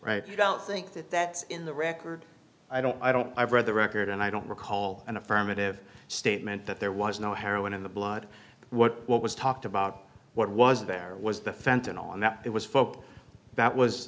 right you don't think that that's in the record i don't i don't i've read the record and i don't recall an affirmative statement that there was no heroin in the blood what what was talked about what was there was the fenton on that it was folk that was